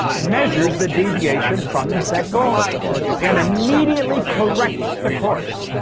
measures the deviation from the set goal and immediately corrects the course.